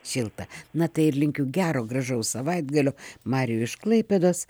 šilta na tai ir linkiu gero gražaus savaitgalio mariui iš klaipėdos